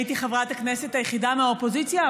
הייתי חברת הכנסת היחידה מהאופוזיציה,